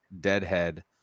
deadhead